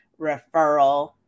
referral